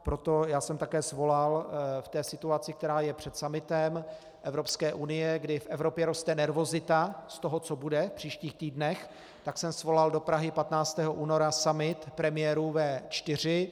Proto jsem také svolal v té situaci, která je před summitem Evropské unie, kdy v Evropě roste nervozita z toho, co bude v příštích týdnech, tak jsem svolal do Prahy 15. února summit premiérů V4.